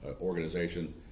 organization